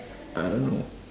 I don't know